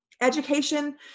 Education